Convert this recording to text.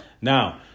Now